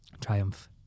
Triumph